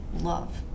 love